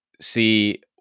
see